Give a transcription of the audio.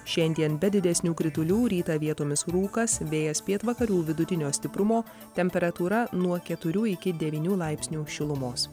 šiandien be didesnių kritulių rytą vietomis rūkas vėjas pietvakarių vidutinio stiprumo temperatūra nuo keturių iki devynių laipsnių šilumos